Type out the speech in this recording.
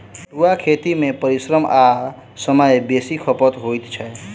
पटुआक खेती मे परिश्रम आ समय बेसी खपत होइत छै